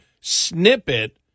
snippet